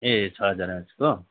ए छ हजार एमएचको